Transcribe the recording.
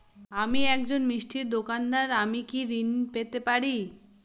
আমি একজন মিষ্টির দোকাদার আমি কি ঋণ পেতে পারি?